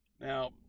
now